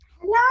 Hello